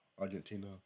Argentina